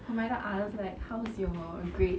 humairah asked like how's your grades